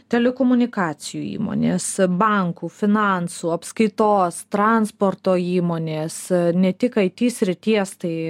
telikomunikacijų įmonės bankų finansų apskaitos transporto įmonės ne tik ai ty srities tai tai